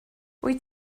wyt